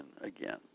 again